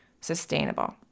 sustainable